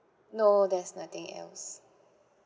no there's nothing else